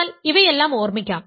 എന്നാൽ ഇവയെല്ലാം ഓർമ്മിക്കാം